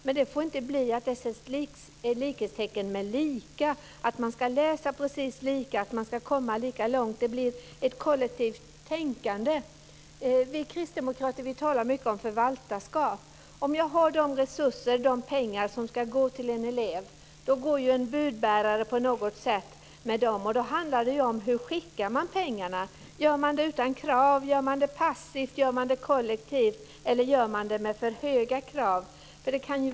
Men det får inte sättas likhetstecken mellan likvärdiga och lika, så att alla ska läsa precis samma sak och komma lika långt. Det blir ett kollektivt tänkande. Vi kristdemokrater talar mycket om förvaltarskap. Om man har de pengar som en elev ska ha går en budbärare med dem. Då handlar det om hur man skickar pengarna. Gör man det utan krav? Gör man det passivt? Gör man det kollektivt? Gör man det med för höga krav?